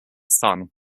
son